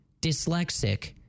dyslexic